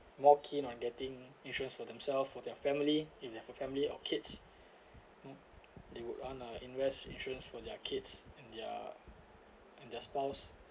more keen on getting insurance for themselves for their family if they have a family or kids mm they would own a invest insurance for their kids and their and their spouse